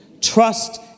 Trust